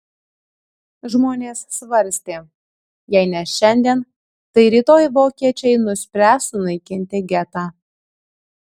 žmonės svarstė jei ne šiandien tai rytoj vokiečiai nuspręs sunaikinti getą